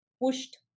pushed